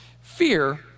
Fear